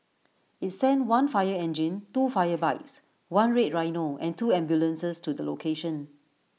IT sent one fire engine two fire bikes one red rhino and two ambulances to the location